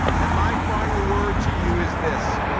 and my final word to you is this.